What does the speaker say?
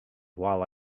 while